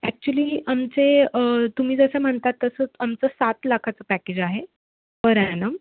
actually आमचे तुम्ही जसं म्हणतात तसंच आमचं सात लाखाचं पॅकेज आहे पर ॲनम